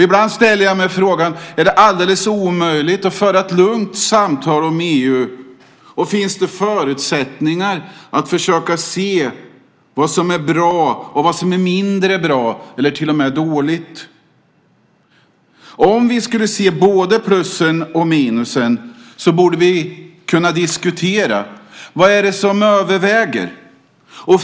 Ibland ställer jag mig frågan: Är det alldeles omöjligt att föra ett lugnt samtal om EU, och finns det förutsättningar att försöka se vad som är bra och vad som är mindre bra eller till och med dåligt? Om vi skulle se både plusen och minusen borde vi kunna diskutera: Vad är det som överväger?